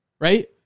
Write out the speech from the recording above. Right